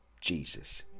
Jesus